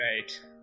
right